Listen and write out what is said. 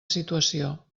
situació